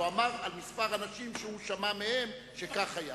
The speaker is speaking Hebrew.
הוא אמר על כמה אנשים שהוא שמע מהם שכך היה.